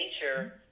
nature